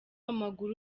amaguru